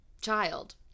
child